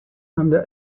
under